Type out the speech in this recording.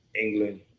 England